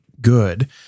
good